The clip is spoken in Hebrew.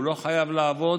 הוא לא חייב לעבוד,